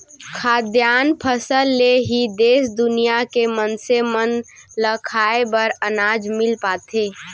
खाद्यान फसल ले ही देस दुनिया के मनसे मन ल खाए बर अनाज मिल पाथे